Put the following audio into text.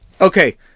Okay